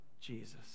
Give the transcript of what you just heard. jesus